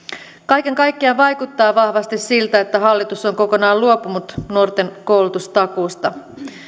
kaiken kaikkiaan vaikuttaa vahvasti siltä että hallitus on kokonaan luopunut nuorten koulutustakuusta